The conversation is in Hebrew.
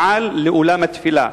מעל לאולם התפילה.